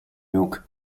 milk